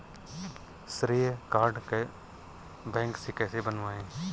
श्रेय card bank से कैसे बनवाएं?